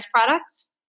products